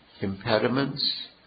impediments